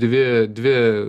dvi dvi